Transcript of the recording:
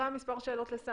לשר המדע יש מספר שאלות אליך.